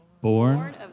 born